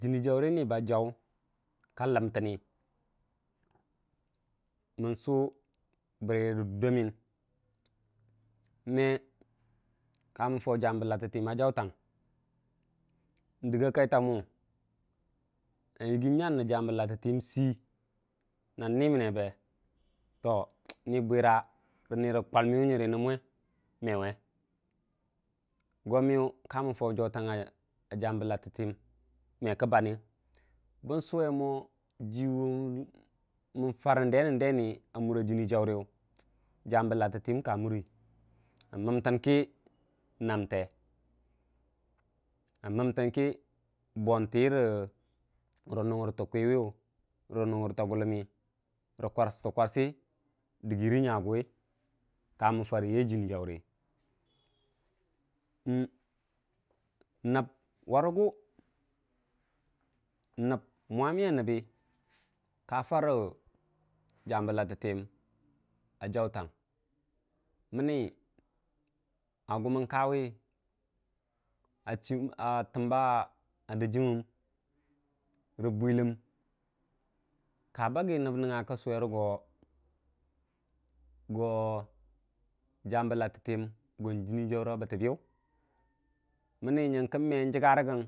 jənni jaurə ni ba jaw ka lamtana mən su bərə dur da məyən me ka mən fau jambə lati təyən a jautang ndigga kai tamu na yiggi nyan nə jambə latətəyəm na nimən be nərə kwaliməyu nyərə nən lume mewe me ka mən fau jambə lattətə yən me kə banəyəng bən suwe mo jii mən farə ndenə ndoniyu nyambə lattətəyəm a mətən kə namte a mətən kən bontəyərə nungərtətə kwiwiyu rə nungər tə ta guləmmi nə kwarsətə-kwasə diggi rə nya guwu ka mən farə yai jiini jaurə nəb warəgu mwammə a nəbbə ka farə jambə lattətəyəm a jautang məni a gumən kawi a təmba gijimən re bwələm ka bagə nəb nəngnga kə suwerə go jambə go jini jaurə bətəbəyu mənə nyənkə me ləggarə gən.